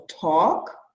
talk